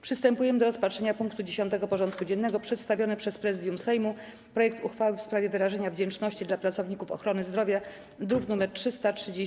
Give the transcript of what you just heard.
Przystępujemy do rozpatrzenia punktu 10. porządku dziennego: Przedstawiony przez Prezydium Sejmu projekt uchwały w sprawie wyrażenia wdzięczności dla pracowników ochrony zdrowia (druk nr 331)